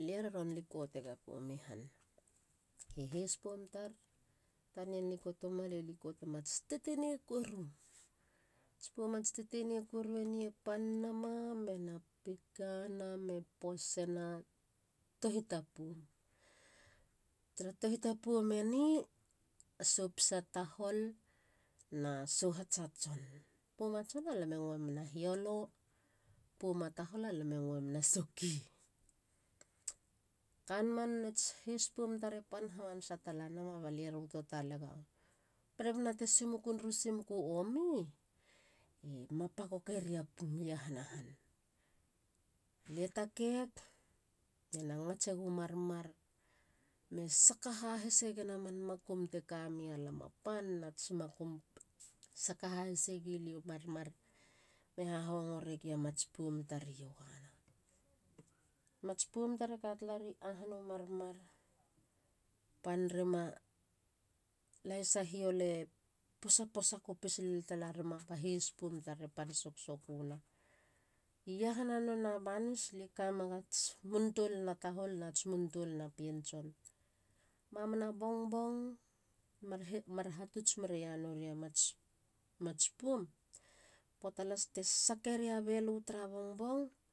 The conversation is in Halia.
Lie roron likotega poum i han. Haheis poum tar. tanian likotoma, li likotoma tsi tsi tetenei koru. tsi poum ats tetenei koru eni e pan e pan nama mena pikana me posena tohit a poum. tara tohit a poum eni. a topisa tahol na tohats a tson. Poum a tson alam e nguemen hiolo na poum a tahol alam e nguemen a soki. Kanama nona tsi heis poum tar e pan hamanasa tala nama ba lie ruto talega berebana te simuku neru simuku omi ma pakoko ria poum i iahana han. lie takeg. iena ngatsegu marmar me saka hahise gen a man makum te kam mia lam a panna tsi makum saka hahisegi lia u marmar me hahongo regia mats poum tar i yogana. Mats poum tar e ka talari ahanu marmar. pan rima. lahisa hiole posasa kopis lel talarima. heis poum tar e pan soksokuna. i iahana nona banis. lie kamega ats mun toulana tahol nats mun toulana pien tson. mamana bongbong mar hatuts mera ya nori a mats poum. poata las te sakeria belu tara bongbong.